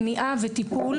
מניעה וטיפול,